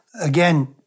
again